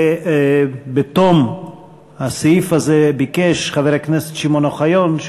בתום הסעיף הזה ביקש חבר הכנסת שמעון אוחיון,